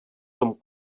tom